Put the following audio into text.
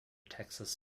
texas